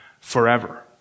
forever